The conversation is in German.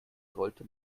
sollte